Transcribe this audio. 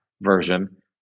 version